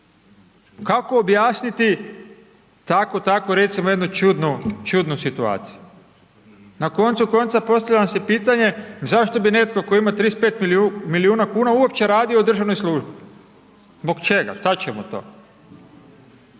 Kako objasniti tako, tako recimo jednu čudnu, čudnu situaciju? Na koncu konca postavljam si pitanje zašto bi netko tko ima 35 milijuna kuna uopće radio u državnoj službi, zbog čega, šta će mu to,